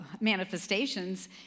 manifestations